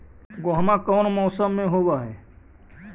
गेहूमा कौन मौसम में होब है?